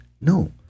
no